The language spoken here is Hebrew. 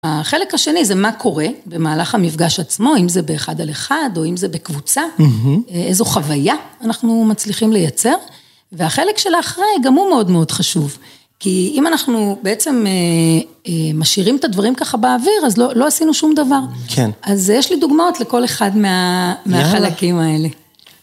החלק השני זה מה קורה במהלך המפגש עצמו, אם זה באחד על אחד, או אם זה בקבוצה, איזו חוויה אנחנו מצליחים לייצר. והחלק של האחרי גם הוא מאוד מאוד חשוב. כי אם אנחנו בעצם משאירים את הדברים ככה באוויר, אז לא עשינו שום דבר. כן. אז יש לי דוגמאות לכל אחד מהחלקים האלה.